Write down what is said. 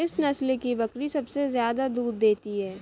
किस नस्ल की बकरी सबसे ज्यादा दूध देती है?